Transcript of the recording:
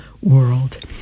world